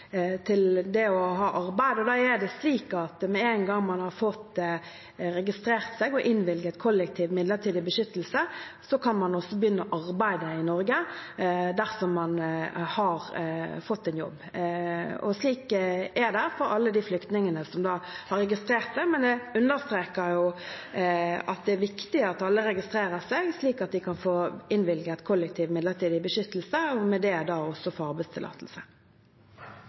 det å ha arbeid. Det er slik at med en gang man har fått registrert seg og innvilget kollektiv midlertidig beskyttelse, kan man også begynne å arbeide i Norge dersom man har fått en jobb. Slik er det for alle de flyktningene som har registrert seg. Men det understreker jo at det er viktig at alle registrerer seg, slik at de kan få innvilget kollektiv midlertidig beskyttelse og med det også få arbeidstillatelse.